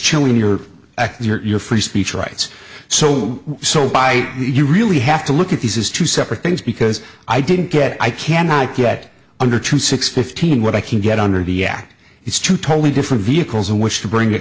chilling your you're free speech rights so so by you really have to look at these as two separate things because i didn't get i cannot get under to six fifteen what i can get under the act it's two totally different vehicles in which to bring